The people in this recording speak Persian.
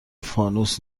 فانوس